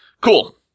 Cool